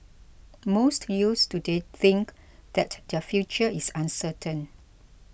most youths today think that their future is uncertain